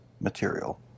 material